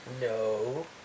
No